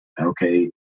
okay